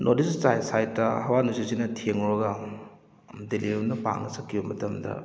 north east ꯁꯥꯏ꯭ꯠꯇ ꯍꯋꯥ ꯅꯨꯡꯁꯤꯠꯁꯤꯅ ꯊꯦꯡꯂꯨꯔꯒ ꯗꯦꯜꯂꯤ ꯔꯣꯝꯗ ꯄꯥꯡꯅ ꯆꯠꯈꯤꯕ ꯃꯇꯝꯗ